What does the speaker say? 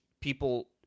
people